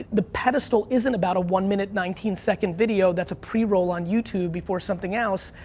the pedestal isn't about a one minute nineteen second video that's a preroll on youtube before something else.